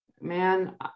man